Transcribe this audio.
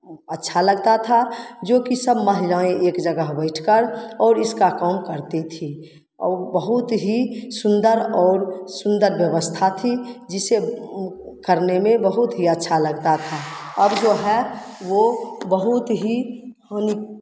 अच्छा लगता था जो कि सब महिलाएँ एक जगह बैठकर और इसका काम करती थी और बहुत ही सुंदर और सुंदर व्यवस्था थी जिसे करने में बहुत ही अच्छा लगता था अब जो है वो बहुत ही हानि